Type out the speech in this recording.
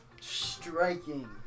striking